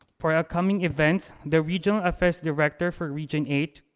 for our coming event, the regional first director for region eight,